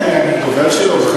אני דובר שלו?